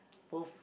both